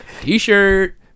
T-shirt